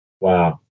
Wow